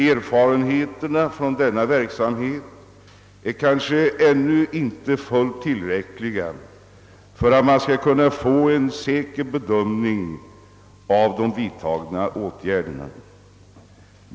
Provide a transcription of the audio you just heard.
Erfarenheterna av denna verksamhet är kanske ännu inte fullt tillräckliga för att man skall kunna göra en säker bedömning av de vidtagna åtgärderna.